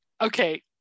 okay